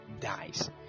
dies